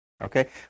Okay